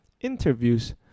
interviews